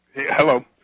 hello